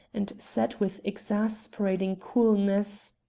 and said with exasperating coolness